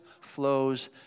flows